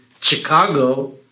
Chicago